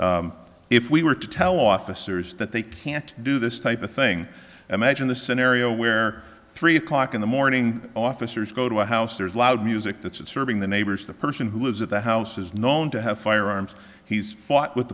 that if we were to tell officers that they can't do this type of thing imagine the scenario where three o'clock in the morning officers go to a house there's loud music that's serving the neighbors the person who lives at the house is known to have firearms he's fought with